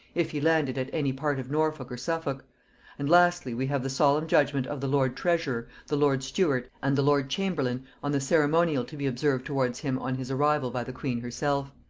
if he landed at any part of norfolk or suffolk and lastly, we have the solemn judgement of the lord-treasurer, the lord-steward, and the lord-chamberlain, on the ceremonial to be observed towards him on his arrival by the queen herself.